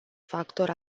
factor